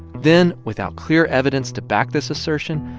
then, without clear evidence to back this assertion,